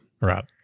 Right